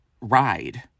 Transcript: ride